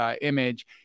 image